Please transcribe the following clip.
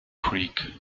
creek